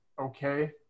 okay